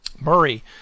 Murray